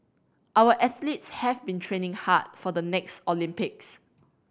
our athletes have been training hard for the next Olympics